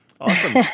Awesome